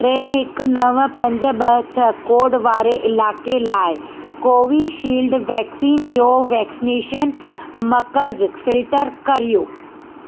टे हिकु नव पंज ॿ छह कोड वारे इलाइक़े लाइ कोवीशील्ड वैक्सीन जो वैक्सीनेशन मर्कज़ु फिल्टर करियो